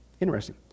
Interesting